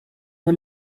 you